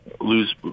lose